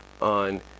on